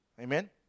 Amen